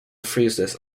freezes